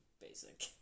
basic